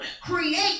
create